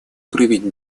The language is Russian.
проявить